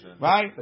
Right